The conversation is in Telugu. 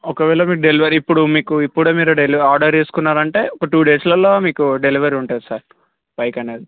ఒకవేళ మీకు డెలివరీ ఇప్పుడు మీకు ఇప్పుడు మీరు డెలివరీ ఆర్డర్ చేసుకున్నారు అంటే ఒక టూ డేస్లలో మీకు డెలివరీ ఉంటుంది సార్ బైక్ అనేది